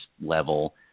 level